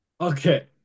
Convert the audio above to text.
Okay